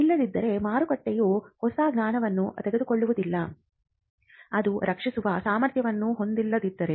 ಇಲ್ಲದಿದ್ದರೆ ಮಾರುಕಟ್ಟೆಯು ಹೊಸ ಜ್ಞಾನವನ್ನು ತೆಗೆದುಕೊಳ್ಳುವುದಿಲ್ಲ ಅದು ರಕ್ಷಿಸುವ ಸಾಮರ್ಥ್ಯವನ್ನು ಹೊಂದಿಲ್ಲದಿದ್ದರೆ